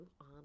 on